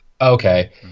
okay